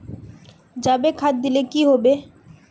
जाबे खाद दिले की होबे?